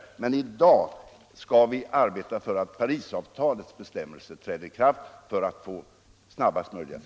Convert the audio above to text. Men i dag måste vi arbeta för att Parisavtalets bestämmelser träder i kraft för att få fred så snabbt som möjligt.